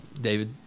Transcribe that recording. David